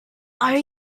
are